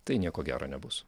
tai nieko gero nebus